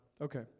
Okay